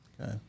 Okay